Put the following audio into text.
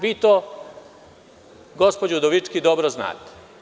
Vi to, gospođo Udovički, dobro znate.